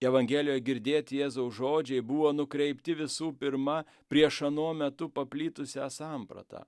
evangelijoj girdėti jėzaus žodžiai buvo nukreipti visų pirma prieš anuo metu paplitusią sampratą